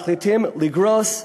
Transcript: מחליטים לגרוס,